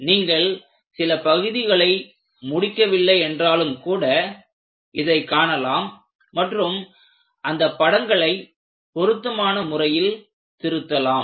நீங்கள் சில பகுதிகளை முடிக்கவில்லை என்றாலும் கூட இதை காணலாம் மற்றும் அந்த படங்களை பொருத்தமான முறையில் திருத்தலாம்